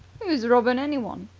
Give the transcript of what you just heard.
who's robbing anyone?